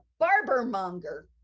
Barbermonger